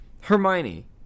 Hermione